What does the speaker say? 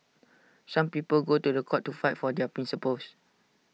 some people go to The Court to fight for their principles